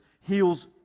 heals